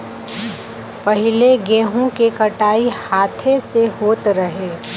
पहिले गेंहू के कटाई हाथे से होत रहे